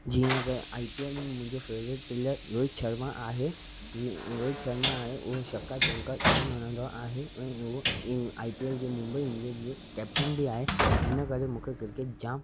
जीअं त I P L में मुंहिंजो फेवरेट प्लेअर रोहित शर्मा आहे रोहित शर्मा आहे उहो छक्का चौंका जाम हणंदो आहे ऐं उहो आइ पी एल जी मुंबई इंडीयन जो कैप्टन बि आहे इन करे मूंखे क्रिकेट जाम